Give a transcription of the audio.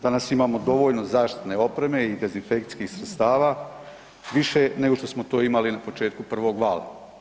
Danas imamo dovoljno zaštitne opreme i dezinfekcijskih sredstava, više nego što smo to imali na početku prvog vala.